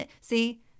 see